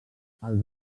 els